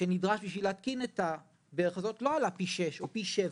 שנדרש כדי להתקין את הברך הזאת לא עלה פי 7, פי 7,